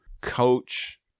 coach